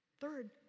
Third